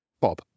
Bob